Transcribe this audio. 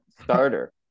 Starter